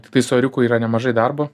tiktai su ėriuku yra nemažai darbo